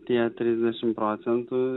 tie trisdešimt procentų